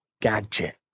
gadget